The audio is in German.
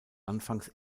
anfangs